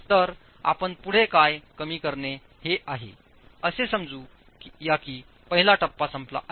तर आपण पुढे काय कमी करणे हे आहे असे समजू या की पहिला टप्पा संपला आहे